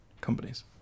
companies